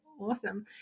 awesome